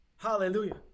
Hallelujah